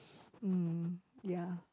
mm ya